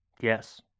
Yes